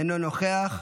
אינו נוכח.